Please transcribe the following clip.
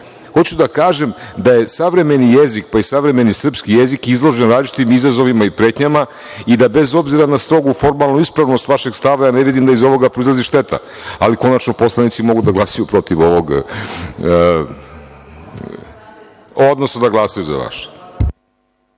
euro. Hoću da kažem da je savremeni jezik, pa i savremeni srpski jezik izložen različitim izazovima i pretnjama i da bez obzira na strogu formalnu ispravnost vašeg stava, ne vidim da iz ovoga proizilazi šteta, ali konačno poslanici mogu da glasaju protiv ovoga, odnosno da glasaju za vaše.